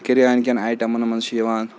کِریانکٮ۪ن آیٹمَن منٛز چھِ یِوان